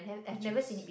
which is